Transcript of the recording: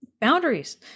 Boundaries